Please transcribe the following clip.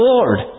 Lord